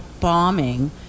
bombing